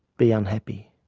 be unhappy.